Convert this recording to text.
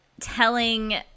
telling